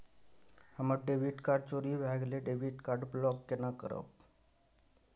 हमर debit card चोरी भगेलै डेबिट कार्ड ब्लॉक केना करब?